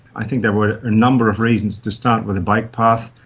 i think there were a number of reasons to start with a bike path.